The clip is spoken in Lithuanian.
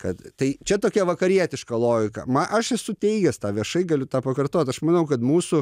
kad tai čia tokia vakarietiška logika aš esu teigęs tą viešai galiu tą pakartot aš manau kad mūsų